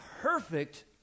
perfect